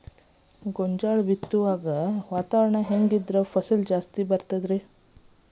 ಗೋಂಜಾಳ ಸುಲಂಗಿ ಹೊಡೆಯುವಾಗ ವಾತಾವರಣ ಹೆಂಗ್ ಇದ್ದರ ಫಸಲು ಜಾಸ್ತಿ ಬರತದ ರಿ?